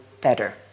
better